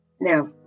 Now